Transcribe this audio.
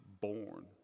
born